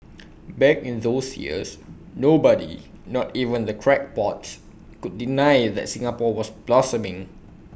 back in those years nobody not even the crackpots could deny that Singapore was blossoming